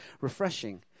refreshing